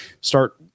start